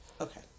Okay